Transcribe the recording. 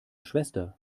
schwester